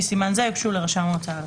לפי סימן זה, יוגשו לרשם ההוצאה לפועל".